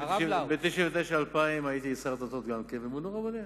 גם ב-1999 2000 הייתי שר הדתות, ומונו רבנים.